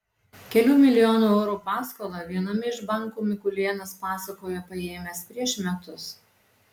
kelių milijonų eurų paskolą viename iš bankų mikulėnas pasakoja paėmęs prieš metus